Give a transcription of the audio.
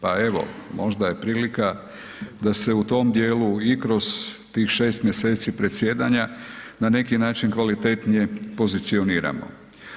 Pa evo, možda je prilika da se u tom dijelu i kroz tih 6 mjeseci predsjedanja na neki način kvalitetnije pozicioniramo.